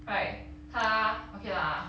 right 他 okay lah